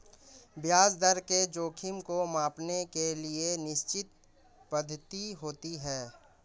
ब्याज दर के जोखिम को मांपने के लिए निश्चित पद्धति होती है